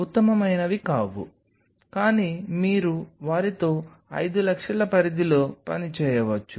ఉత్తమమైనది కాదు కానీ మీరు వారితో 5 లక్షల పరిధిలో పని చేయవచ్చు